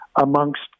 amongst